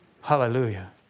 Hallelujah